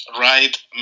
Right